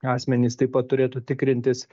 asmenys taip pat turėtų tikrintis